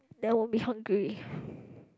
then will be hungry